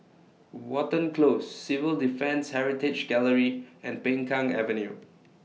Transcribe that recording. Watten Close Civil Defence Heritage Gallery and Peng Kang Avenue